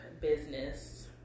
business